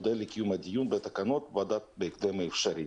נודה לקיים את הדיון בתקנות בוועדה בהקדם האפשרי.